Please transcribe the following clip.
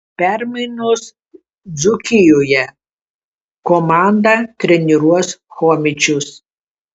permainos dzūkijoje komandą treniruos chomičius